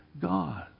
God